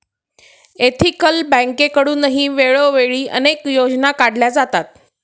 ethical बँकेकडूनही वेळोवेळी अनेक योजना काढल्या जातात